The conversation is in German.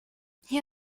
hier